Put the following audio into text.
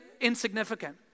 insignificant